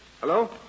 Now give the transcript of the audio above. Hello